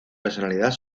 personalidad